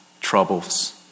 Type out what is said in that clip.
troubles